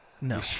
no